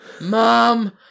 Mom